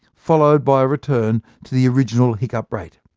followed by return to the original hiccup rate.